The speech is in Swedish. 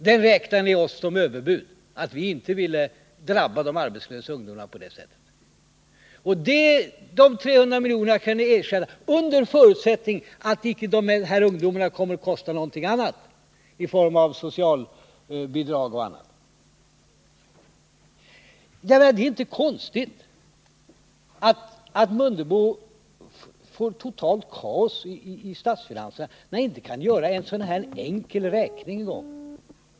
Ni kallar det för överbud att vi inte ville låta arbetslösa ungdomar drabbas på det sättet. De 300 miljonerna kan räknas som minskade utgifter, under förutsättning att de här ungdomarna icke kommer att kosta något annat i form av socialbidrag Det är inte konstigt att Ingemar Mundebo får totalt kaos i statsfinanserna, när han inte ens kan klara av en sådan här enkel räkning.